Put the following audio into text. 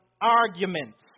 arguments